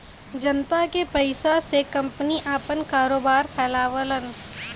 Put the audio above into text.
जनता के पइसा से कंपनी आपन कारोबार फैलावलन